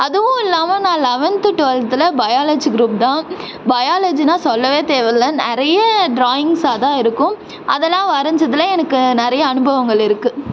அதுவும் இல்லாமல் நான் லெவன்த்து டுவெல்த்தில் பயாலஜி க்ரூப் தான் பயாலஜினால் சொல்லவே தேவை இல்லை நிறைய ட்ராயிங்க்ஸாக தான் இருக்கும் அதெல்லாம் வரைஞ்சிதுல எனக்கு நிறைய அனுபவங்கள் இருக்குது